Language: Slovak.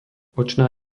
očná